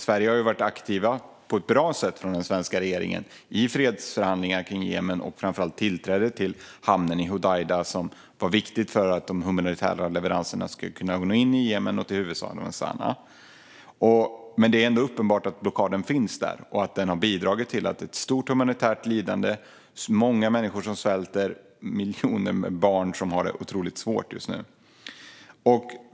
Sverige har varit aktivt på ett bra sätt från den svenska regeringen i fredsförhandlingar kring Jemen, framför allt när det gäller tillträde till hamnen i Hodeidah, som har varit viktig för att de humanitära leveranserna skulle kunna nå in i Jemen och till huvudstaden Sana. Det är ändå uppenbart att blockaden finns där och att den har bidragit till ett stort humanitärt lidande. Det är många människor som svälter och miljoner barn som har det otroligt svårt just nu.